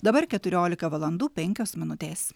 dabar keturiolika valandų penkios minutės